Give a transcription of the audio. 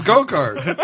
go-karts